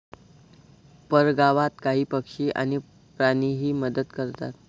परगावात काही पक्षी आणि प्राणीही मदत करतात